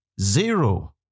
Zero